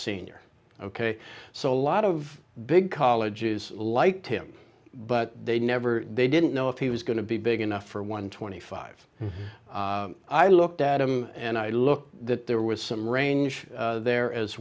senior ok so a lot of big colleges like him but they never they didn't know if he was going to be big enough for one twenty five i looked at him and i looked that there was some range there as